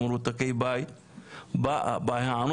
השעה 11:22 ואנחנו מתחילים דיון מהיר בנושא: מרותקי בית לא מקבלים